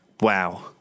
wow